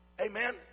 Amen